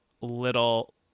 little